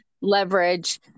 leverage